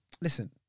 listen